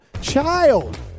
child